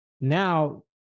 Now